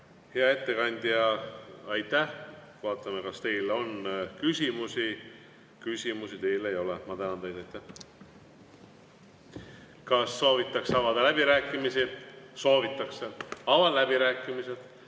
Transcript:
Hea ettekandja, aitäh! Vaatame, kas teile on küsimusi. Küsimusi teile ei ole. Ma tänan teid. Kas soovitakse avada läbirääkimisi? Soovitakse. Avan läbirääkimised